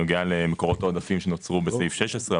למקורות העודפים שנוצרו בסעיף 16,